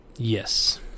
Yes